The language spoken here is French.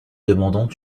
demandant